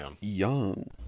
Young